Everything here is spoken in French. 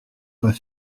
pas